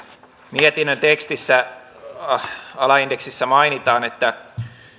mietinnön tekstissä alaindeksissä mainitaan että